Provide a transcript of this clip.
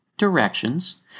directions